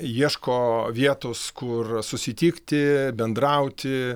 ieško vietos kur susitikti bendrauti